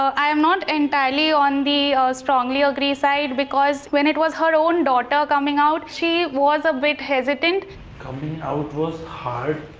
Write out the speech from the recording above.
i am not entirely on the strongly agree side because when it was her own daughter coming out, she was a bit hesitant coming out was hard